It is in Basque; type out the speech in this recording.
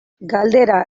galdera